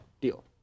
deal